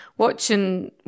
Watching